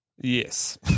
Yes